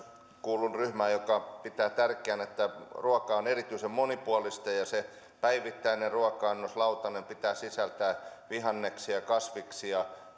kuulun ryhmään joka pitää tärkeänä että ruoka on erityisen monipuolista ja sen päivittäisen ruoka annoksen lautasen pitää sisältää vihanneksia kasviksia